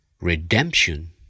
redemption